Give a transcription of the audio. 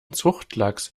zuchtlachs